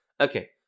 Okay